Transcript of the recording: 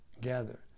gather